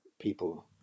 people